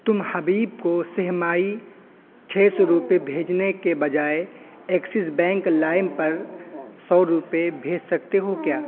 تم حبیب کو سہ ماہی چھ سو روپے بھیجنے کے بجائے ایکسز بینک لائم پر سو روپے بھیج سکتے ہو کیا